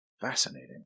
fascinating